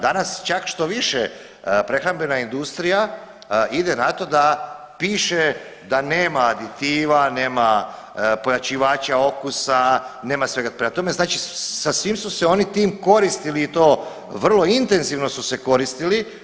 Danas čak štoviše prehrambena industrija ide na to da piše da nema aditiva, nema pojačivača okusa, nema svega prema tome sa svim su se onim tim koristili i to vrlo intenzivno su se koristili.